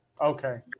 Okay